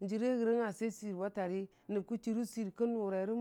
njire rəgən nali swir wa tari nəb kə churə swir, kən nʊraire